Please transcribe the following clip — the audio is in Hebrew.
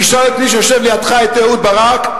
תשאל את מי שיושב לידך, את אהוד ברק.